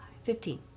Fifteen